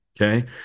Okay